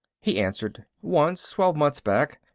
he answered, once twelve months back.